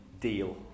deal